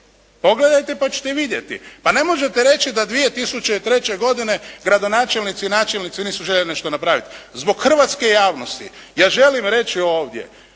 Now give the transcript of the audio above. Pogledajte pa ćete vidjeti. Pa ne možete reći da 2003. godine gradonačelnici i načelnici nisu željeli nešto napraviti. Zbog hrvatske javnosti ja želim reći ovdje.